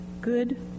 good